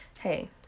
hey